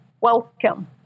welcome